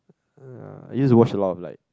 uh I used to watch a lot of like